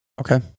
Okay